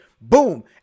boom